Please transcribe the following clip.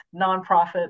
nonprofit